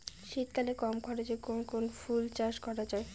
শীতকালে কম খরচে কোন কোন ফুল চাষ করা য়ায়?